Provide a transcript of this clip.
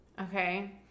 Okay